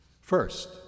First